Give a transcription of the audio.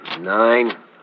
nine